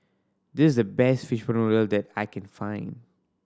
this is the best fishball noodle soup that I can find